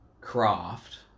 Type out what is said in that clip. craft